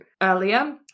earlier